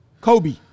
Kobe